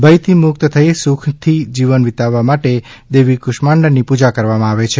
ભયથી મુક્ત થઈ સુખથી જીવન વીતાવવા માટે દેવી કુષ્માંડાની પૂજા કરવામાં આવે છે